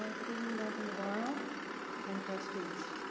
ah good evening, dr. navarro and trustees.